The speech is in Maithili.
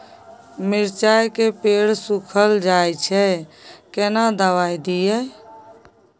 मिर्चाय के पेड़ सुखल जाय छै केना दवाई दियै?